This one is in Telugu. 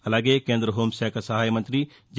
అలాగే కేంద్ర హోంశాఖ సహాయ మంత్రి జి